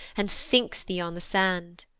and sinks thee on the sand.